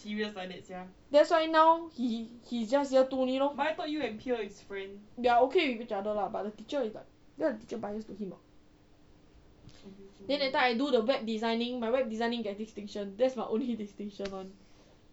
that's why now he he just year two only lor we are okay with each other lah but the teacher is like the teacher bias to him then that time I do the web designing my web designing get distinction that's my only distinction [one]